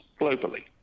globally